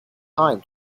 time